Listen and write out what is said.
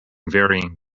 varying